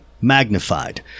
magnified